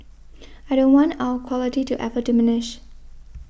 I don't want our quality to ever diminish